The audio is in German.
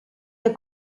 der